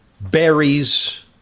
berries